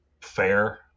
fair